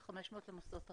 ו-500 למוסדות הרווחה.